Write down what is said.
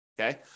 Okay